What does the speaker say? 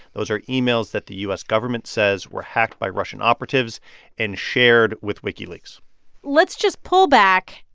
those are emails that the u s. government says were hacked by russian operatives and shared with wikileaks let's just pull back.